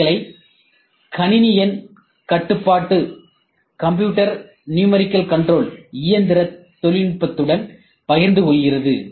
ஏக்களை கணினி எண் கட்டுப்பாட்டு இயந்திர தொழில்நுட்பத்துடன் பகிர்ந்து கொள்கிறது